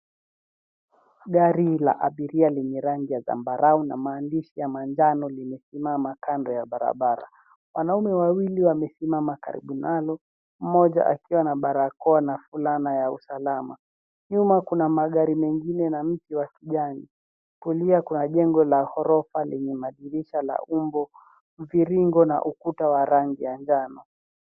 Gari la abiria lenye rangi ya zambarau na maandishi ya manjano limesimama kando ya barabara. Wanaume wawili wamesimama karibu nalo, mmoja akiwa amevaa fulana ya usalama. Nyuma kuna magari mengine na mti wa tijani. Kulia kuna jengo la ghorofa lenye masalio ya uongo, upiringo na ukuta wa rangi ya njano.